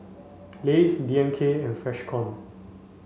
Lays D M K and Freshkon